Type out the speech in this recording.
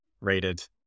rated